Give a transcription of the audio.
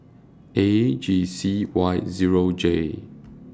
A G C Y Zero J